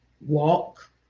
walk